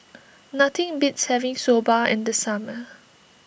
nothing beats having Soba in the summer